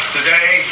Today